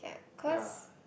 ya